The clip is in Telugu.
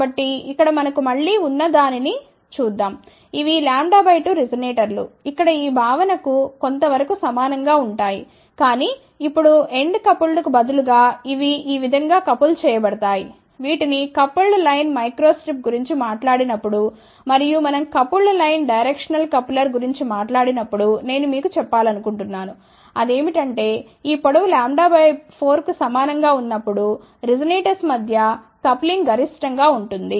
కాబట్టి ఇక్కడ మనకు మళ్ళీ ఉన్నదానిని చూద్దాం ఇవి λ 2 రెసొనేటర్లు ఇక్కడ ఈ భావనకు కొంత వరకు సమానం గా ఉంటాయి కానీ ఇప్పుడు ఎండ్ కపుల్ట్ కు బదులుగా ఇవి ఈ విధంగా కపుల్ చేయబడతాయి వీటిని కపుల్డ్ లైన్ మైక్రో స్ట్రిప్ గురించి మాట్లాడి నప్పుడు మరియు మనం కపుల్ట్ లైన్ డైరెక్షనల్ కపులర్ గురించి మాట్లాడినప్పుడు నేను మీకు చెప్పాలనుకుంటున్నాను అదేమిటంటే ఈ పొడవు λ 4 కు సమానం గా ఉన్నప్పుడురిజోనేటర్స్ మధ్య కప్లింగ్ గరిష్టంగా ఉంటుంది